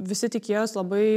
visi tikėjos labai